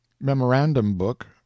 memorandum-book